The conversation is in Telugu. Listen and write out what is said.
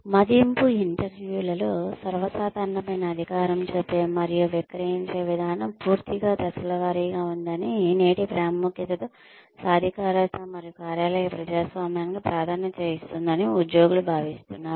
మదింపు ఇంటర్వ్యూలలో సర్వసాధారణమైన అధికారం చెప్పే మరియు విక్రయించే విధానం పూర్తిగా దశలవారీగా ఉందని నేటి ప్రాముఖ్యతతో సాధికారత మరియు కార్యాలయ ప్రజాస్వామ్యానికి ప్రాధాన్యత ఇస్తుందని ఉద్యోగులు భావిస్తున్నారు